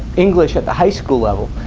english at the high school level,